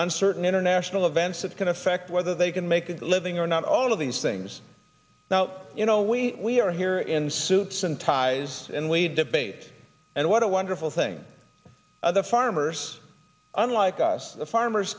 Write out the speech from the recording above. uncertain international events that can affect whether they can make a living or not all of these things now you know we we are here in suits and ties and we debate and what a wonderful thing the farmers unlike us the farmers